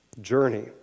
journey